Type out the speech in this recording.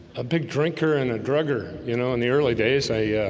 big drinker and a drug er, you know in the early days i